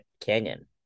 Canyon